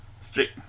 Straight